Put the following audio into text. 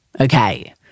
Okay